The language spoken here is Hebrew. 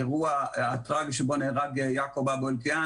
האירוע הטראגי שבו נהרג יעקוב אבו אלקיען,